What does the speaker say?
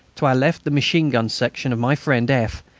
to our left, the machine-gun section of my friend f.